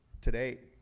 today